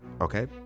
okay